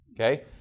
okay